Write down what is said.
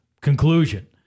conclusion